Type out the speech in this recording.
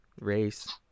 race